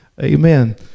Amen